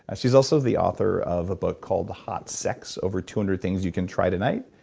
ah she's also the author of a book called hot sex over two hundred things you can try tonight,